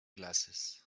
glasses